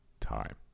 time